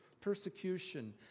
persecution